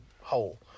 hole